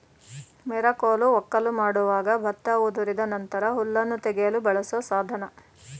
ಮೆರಕೋಲು ವಕ್ಕಲು ಮಾಡುವಾಗ ಭತ್ತ ಉದುರಿದ ನಂತರ ಹುಲ್ಲನ್ನು ತೆಗೆಯಲು ಬಳಸೋ ಸಾಧನ